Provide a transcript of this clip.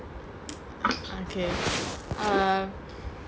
okay err